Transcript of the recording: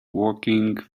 walking